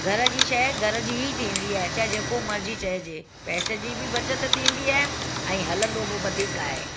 घर जी शइ घर जी ही थींदी आहे चाहे जेको मर्ज़ी चएजे पैसे जी बि बचति थींदी आहे ऐं हलंदो बि वधीक आहे